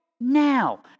Now